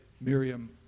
Miriam